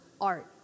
art